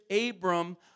Abram